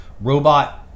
robot